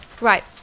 Right